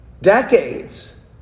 Decades